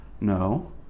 No